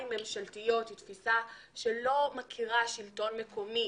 ממשלתיות היא תפיסה שלא מכירה שלטון מקומי,